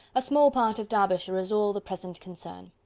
a small part of derbyshire is all the present concern.